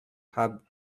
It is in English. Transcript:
hub